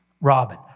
Robin